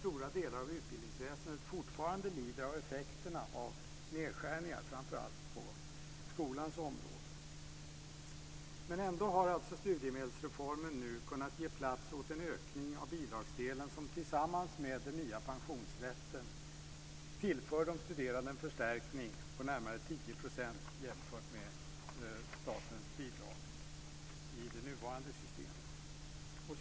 Stora delar av utbildningsväsendet lider fortfarande av effekterna av nedskärningar, framför allt på skolans område. Ändå har studiestödsreformen nu kunnat ge plats åt en ökning av bidragsdelen som tillsammans med den nya pensionsrätten tillför de studerande en förstärkning om närmare 10 % jämfört med statens bidrag i det nuvarande systemet.